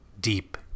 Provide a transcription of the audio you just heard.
deep